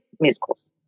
musicals